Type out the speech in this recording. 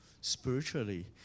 spiritually